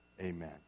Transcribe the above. Amen